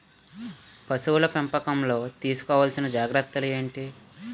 పశువుల పెంపకంలో తీసుకోవల్సిన జాగ్రత్తలు ఏంటి?